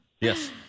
Yes